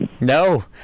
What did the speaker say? No